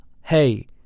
Hey